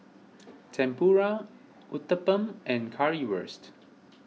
Tempura Uthapam and Currywurst